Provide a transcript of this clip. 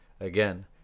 Again